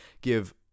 give